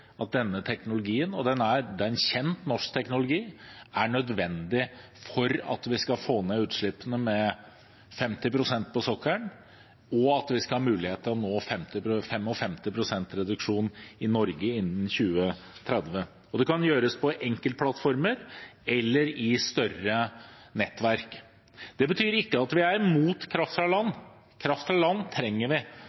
at denne teknologien – og det er en kjent norsk teknologi – er nødvendig for at vi skal få ned utslippene med 50 pst. på sokkelen, og for at vi skal ha mulighet til å nå 55 pst. reduksjon i Norge innen 2030. Det kan gjøres på enkeltplattformer eller i større nettverk. Det betyr ikke at vi er mot kraft fra land.